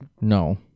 No